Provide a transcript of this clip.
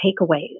takeaways